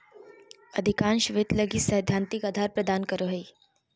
अधिकांश वित्त लगी सैद्धांतिक आधार प्रदान करो हइ